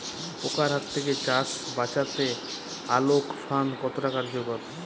পোকার হাত থেকে চাষ বাচাতে আলোক ফাঁদ কতটা কার্যকর?